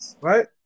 right